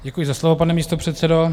Děkuji za slovo, pane místopředsedo.